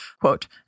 quote